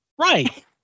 Right